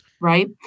right